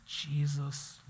Jesus